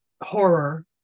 horror